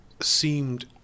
seemed